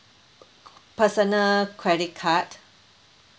personal credit card